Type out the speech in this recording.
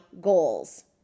goals